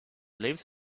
lives